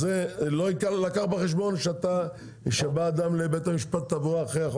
זה לא יילקח בחשבון כאשר אדם יגיע לבית משפט לתעבורה?